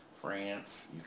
France